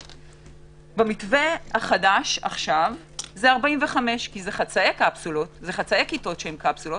במתווה החדש זה 45 כי זה חצאי כיתות שהן קפסולות,